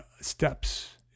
steps